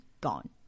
gone